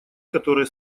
которые